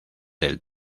del